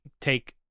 take